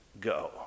go